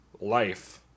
life